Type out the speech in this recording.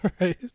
Right